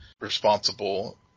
responsible